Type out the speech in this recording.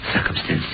Circumstances